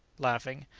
laughing.